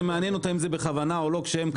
מעניין אותם אם זה בכוונה או לא כשהם קרסו?